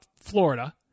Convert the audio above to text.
Florida